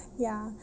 ya